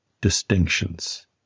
distinctions